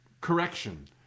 correction